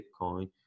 Bitcoin